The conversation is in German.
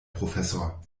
professor